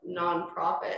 nonprofit